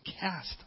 cast